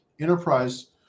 enterprise